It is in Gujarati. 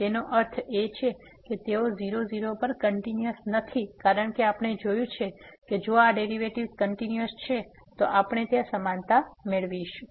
તેથી તેનો અર્થ એ છે કે તેઓ 00 પર પણ કંટીન્યુઅસ નથી કારણ કે આપણે જોયું છે કે જો આ ડેરિવેટિવ્ઝ કંટીન્યુઅસ છે તો આપણે ત્યાં સમાનતા મેળવીશું